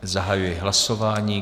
Zahajuji hlasování.